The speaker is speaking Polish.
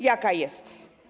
Jaka jest?